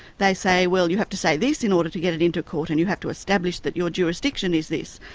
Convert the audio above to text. they say, well, you have to say this in order to get it into court', and you have to establish that your jurisdiction is this.